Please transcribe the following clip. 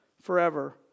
forever